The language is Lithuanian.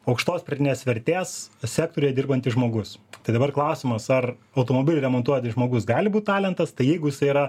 aukštos pridėtinės vertės sektoriuje dirbantis žmogus tai dabar klausimas ar automobilį remontuojantis žmogus gali būti talentas tai jeigu jisai yra